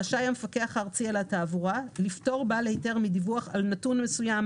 רשאי המפקח הארצי על התעבורה לפטור בעל היתר מדיווח על נתון מסוים